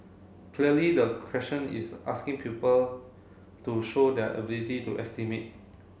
clearly the question is asking pupil to show their ability to estimate